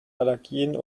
allergien